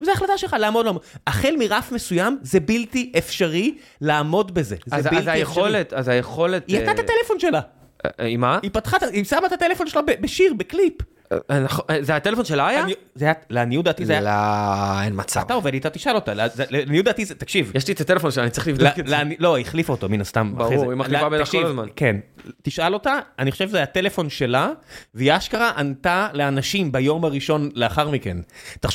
זה החלטה שלך, לעמוד בזה. החל מרף מסוים זה בלתי אפשרי, לעמוד בזה, זה בלתי אפשרי. אז היכולת... היא איבדה את הטלפון שלה. היא מה? היא פתחה, היא שמה את הטלפון שלה בשיר, בקליפ. אה, נכון, זה הטלפון שלה היה? זה היה, לא ידעתי את זה... לא אין מצב. אתה עובד איתה? תשאל אותה, לפי דעתי זה, תקשיב. יש לי את הטלפון שלה, אני צריך לבדוק את זה. לא היא החליפה אותו מן הסתם ברור היא מחליפה אותו כל הזמן. כן תשאל אותה אני חושב שהטלפון שלה והיא אשכרה ענתה לאנשים ביום הראשון לאחר מכן.